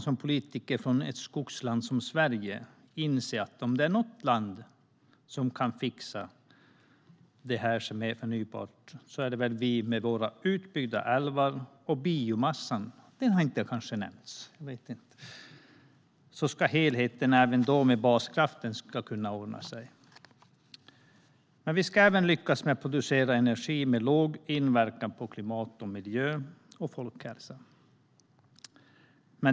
Som politiker i skogslandet Sverige bör man inse att om det är något land som kan fixa detta så är det vi. Med våra utbyggda älvar och vår biomassa - den har kanske inte nämnts - ska helheten, även baskraften, kunna ordna sig. Vi ska även lyckas med att producera energin med låg inverkan på klimat, miljö och folkhälsa.